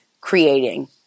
creating